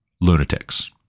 lunatics